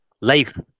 life